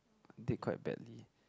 I did quite badly